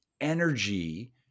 energy